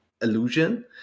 illusion